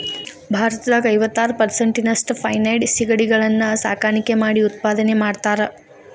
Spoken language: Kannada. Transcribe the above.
ಭಾರತದಾಗ ಐವತ್ತಾರ್ ಪೇರಿಸೆಂಟ್ನಷ್ಟ ಫೆನೈಡ್ ಸಿಗಡಿಗಳನ್ನ ಸಾಕಾಣಿಕೆ ಮಾಡಿ ಉತ್ಪಾದನೆ ಮಾಡ್ತಾರಾ